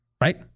Right